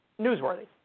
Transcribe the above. newsworthy